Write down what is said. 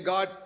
God